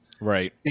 Right